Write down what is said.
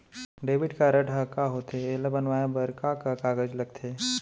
Debit card ह का होथे एला बनवाए बर का का कागज लगथे?